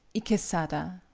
ikesada.